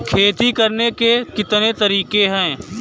खेती करने के कितने तरीके हैं?